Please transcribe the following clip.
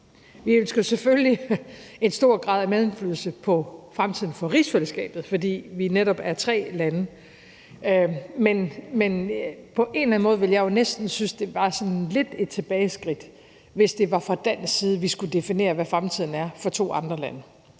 Vi ønsker selvfølgelig en stor grad af medindflydelse på fremtiden for rigsfællesskabet, fordi vi netop er tre lande, men på en eller anden måde ville jeg næsten synes, det var sådan lidt et tilbageskridt, hvis det var fra dansk side, vi skulle definere, hvad fremtiden er for to andre lande.